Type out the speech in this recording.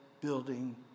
building